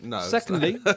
Secondly